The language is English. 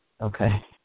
Okay